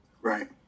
Right